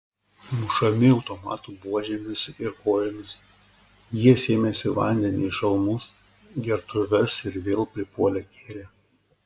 mušami automatų buožėmis ir kojomis jie sėmėsi vandenį į šalmus gertuves ir vėl pripuolę gėrė